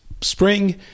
spring